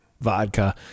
vodka